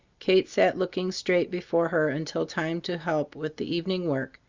kate sat looking straight before her until time to help with the evening work,